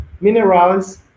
minerals